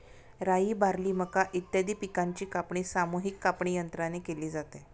राई, बार्ली, मका इत्यादी पिकांची कापणी सामूहिक कापणीयंत्राने केली जाते